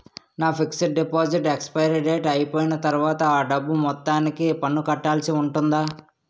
నా fixed deposit expiry date అయిపోయిన తర్వాత అ డబ్బు మొత్తానికి పన్ను కట్టాల్సి ఉంటుందా?